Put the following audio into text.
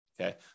okay